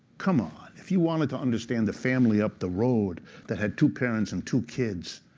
come on. if you wanted to understand the family up the road that had two parents and two kids,